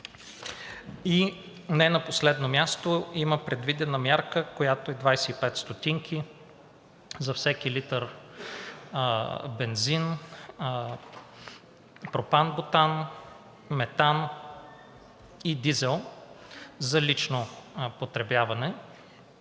И не на последно място има предвидена мярка, която е 0,25 ст. за всеки литър бензин, пропан-бутан, метан и дизел за лично потребяване,